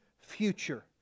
future